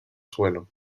suelo